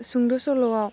सुंद' सल'आव